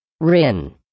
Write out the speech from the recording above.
Rin